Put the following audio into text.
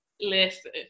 Listen